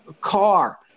Car